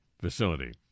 facility